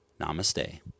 namaste